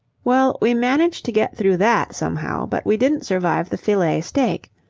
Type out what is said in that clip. well, we managed to get through that somehow, but we didn't survive the fillet steak.